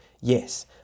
yes